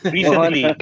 Recently